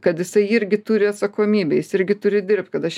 kad jisai irgi turi atsakomybę jis irgi turi dirbt kad aš